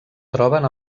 troben